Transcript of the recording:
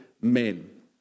men